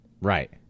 Right